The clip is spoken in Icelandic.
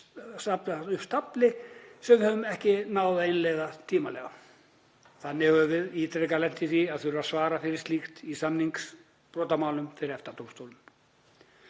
Þannig höfum við ítrekað lent í því að þurfa að svara fyrir slíkt í samningsbrotamálum fyrir EFTA-dómstólnum.